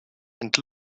and